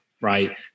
right